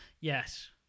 Yes